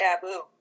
taboo